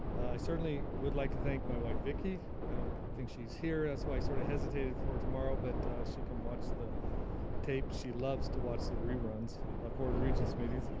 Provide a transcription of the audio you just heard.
certainly would like to thank my wife vicky. i don't think she's here, that's why i sorta hesitated for tomorrow, but she can watch the tape, she loves to watch the reruns of board of regents meeting.